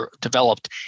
developed